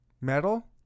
metal